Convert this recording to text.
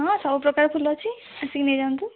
ହଁ ସବୁ ପ୍ରକାର ଫୁଲ ଅଛି ଆସିକି ନେଇଯାଆନ୍ତୁ